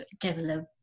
develop